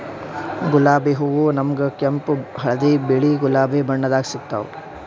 ಗುಲಾಬಿ ಹೂವಾ ನಮ್ಗ್ ಕೆಂಪ್ ಹಳ್ದಿ ಬಿಳಿ ಗುಲಾಬಿ ಬಣ್ಣದಾಗ್ ಸಿಗ್ತಾವ್